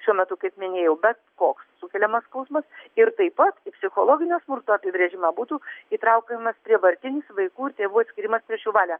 šiuo metu kaip minėjau bet koks sukeliamas skausmas ir taip pat į psichologinio smurto apibrėžimą būtų įtraukiamas prievartinis vaikų ir tėvų atskyrimas prieš jų valią